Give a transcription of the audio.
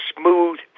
smooth